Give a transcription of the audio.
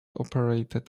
operated